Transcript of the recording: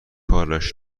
کارش